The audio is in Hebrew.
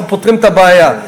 אנחנו פותרים את הבעיה.